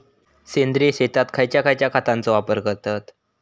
सेंद्रिय शेतात खयच्या खयच्या खतांचो वापर करतत?